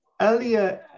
earlier